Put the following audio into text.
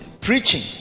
preaching